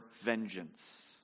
vengeance